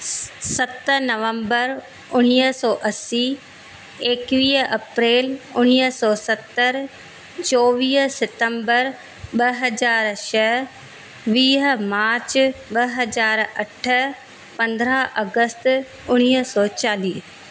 सत नवंबर उणिवीह सौ असीं एकवीह अप्रैल उणिवीह सौ सतरि चोवीह सितंबर ॿ हज़ार छह वीह मार्च ॿ हज़ार अठ पंद्रहं अगस्त उणिवीह सौ चालीह